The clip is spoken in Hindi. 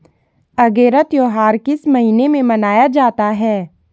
अगेरा त्योहार किस महीने में मनाया जाता है?